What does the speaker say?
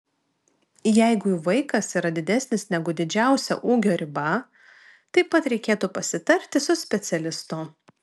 jeigu vaikas yra didesnis negu didžiausia ūgio riba taip pat reikėtų pasitarti su specialistu